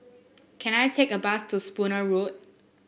can I take a bus to Spooner Road